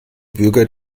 bürger